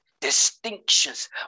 distinctions